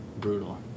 brutal